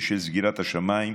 בשל סגירת השמיים,